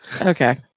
Okay